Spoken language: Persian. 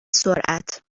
سرعت